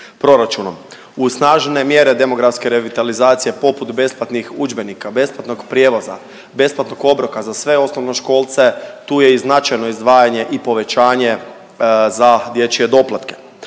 proračunom. Uz snažne mjere demografske revitalizacije poput besplatnih udžbenika, besplatnog prijevoza, besplatnog obroka za sve osnovnoškolce tu je i značajno izdvajanje i povećanje za dječje doplatke.